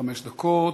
חמש דקות.